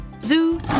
Zoo